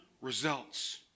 results